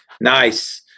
Nice